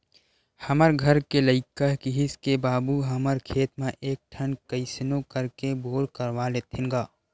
हमर घर के लइका किहिस के बाबू हमर खेत म एक ठन कइसनो करके बोर करवा लेतेन गा